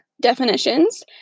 definitions